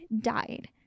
died